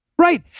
Right